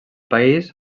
país